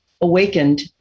awakened